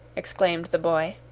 exclaimed the boy.